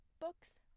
books